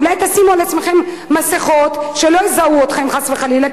אולי תשימו על עצמכם מסכות שלא יזהו אתכם חס וחלילה,